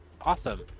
awesome